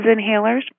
inhalers